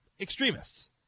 extremists